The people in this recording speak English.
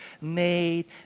made